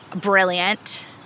Brilliant